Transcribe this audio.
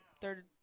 third